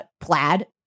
plaid